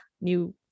new